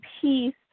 peace